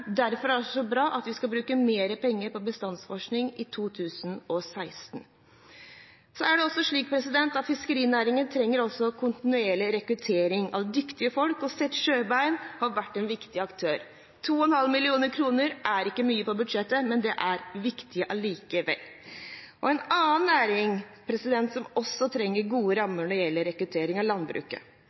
Derfor er det bra at vi skal bruke mer penger på bestandsforskning i 2016. Fiskerinæringen trenger også kontinuerlig rekruttering av dyktige folk, og Sett Sjøbein har vært en viktig aktør. 2,5 mill. kr er ikke mye på budsjettet, men det er viktig likevel. En annen næring som også trenger gode rammer når det gjelder rekruttering, er landbruket.